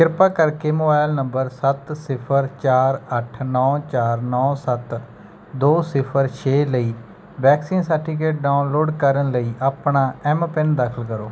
ਕਿਰਪਾ ਕਰਕੇ mobile number ਸੱਤ ਸਿਫਰ ਚਾਰ ਅੱਠ ਨੌ ਚਾਰ ਨੌ ਸੱਤ ਦੋ ਸਿਫਰ ਛੇ ਲਈ ਵੈਕਸੀਨ ਸਰਟੀਫਿਕੇਟ ਡਾਊਨਲੋਡ ਕਰਨ ਲਈ ਆਪਣਾ ਐੱਮ ਪਿੰਨ ਦਾਖਲ ਕਰੋ